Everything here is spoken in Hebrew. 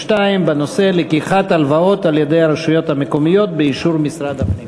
52 בנושא: לקיחת הלוואות על-ידי הרשויות המקומיות באישור משרד הפנים.